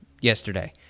yesterday